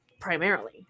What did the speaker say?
primarily